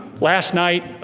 last night,